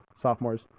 sophomores